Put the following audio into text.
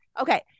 Okay